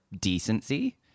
decency